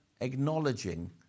acknowledging